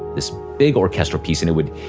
this big orchestral piece, and it would.